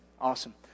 awesome